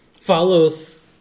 follows